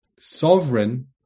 sovereign